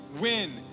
win